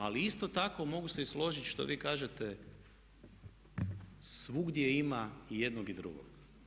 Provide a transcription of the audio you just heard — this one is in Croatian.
Ali isto tako mogu se i složiti što vi kažete svugdje ima i jednog i drugog.